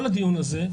כל הדיון הזה,